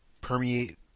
permeate